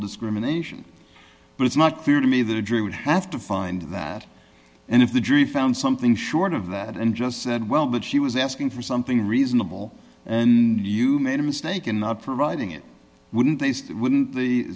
discrimination but it's not clear to me that a jury would have to find that and if the jury found something short of that and just said well but she was asking for something reasonable and you made a mistake in not providing it wouldn't they wouldn't the